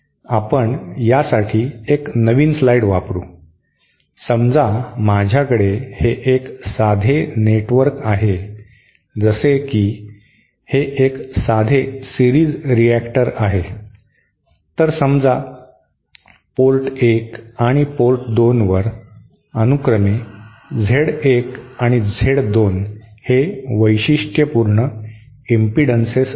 आपण या साठी एक नवीन स्लाइड वापरू समजा माझ्याकडे हे एक साधे नेटवर्क आहे जसे की हे एक साधे सिरीज रीऍक्टर आहे तर समजा पोर्ट 1 आणि पोर्ट 2 वर अनुक्रमे Z 1 आणि Z 2 हे वैशिष्ट्यपूर्ण इम्पिडन्सेस आहे